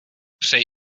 přeji